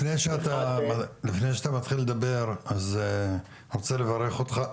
לפני שאתה מתחיל לדבר, אז אני רוצה לברך אותך.